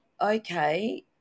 okay